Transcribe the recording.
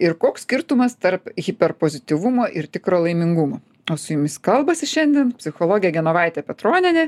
ir koks skirtumas tarp hiperpozityvumo ir tikro laimingumo o su jumis kalbasi šiandien psichologė genovaitė petronienė